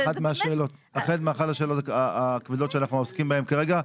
אכן זה אחת מהשאלות הכבדות שאנחנו עוסקים בהן כרגע.